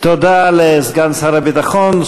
תודה לסגן שר הביטחון.